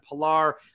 Pilar